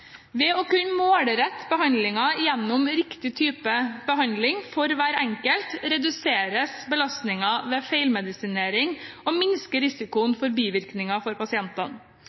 Ved å kunne målrette behandlingen gjennom riktig type behandling for hver enkelt reduseres belastningen ved feilmedisinering og minskes risikoen for bivirkninger for